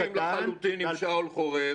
אני מסכים לחלוטין עם שאול חורב,